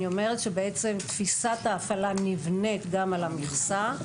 תפיסת ההפעלה נבנית גם על המכסה,